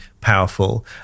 powerful